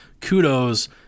kudos